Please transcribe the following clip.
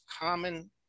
common